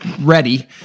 ready